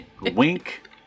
Wink